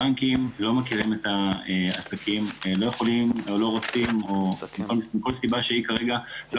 הבנקים לא מכירים את העסקים ולא יכולים או לא רוצים ומכל סיבה כרגע לא